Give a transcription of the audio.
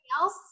else